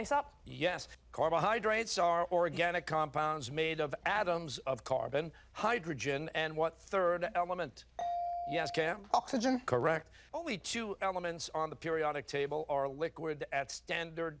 's up yes carbohydrates are organic compounds made of atoms of carbon hydrogen and what third element yes can oxygen correct only two elements on the periodic table or a liquid at standard